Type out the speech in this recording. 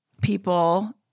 people